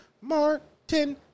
Martin